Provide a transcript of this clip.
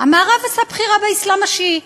המערב עשה בחירה באסלאם השיעי.